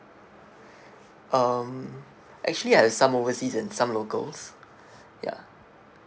um actually I have some overseas and some locals ya